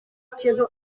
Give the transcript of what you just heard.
kintu